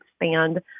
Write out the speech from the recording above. expand